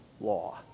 law